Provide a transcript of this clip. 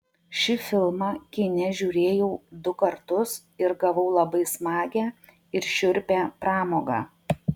šį filmą kine žiūrėjau du kartus ir gavau labai smagią ir šiurpią pramogą